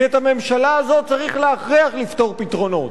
כי את הממשלה הזאת צריך להכריח לפתור פתרונות.